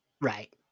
Right